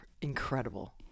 incredible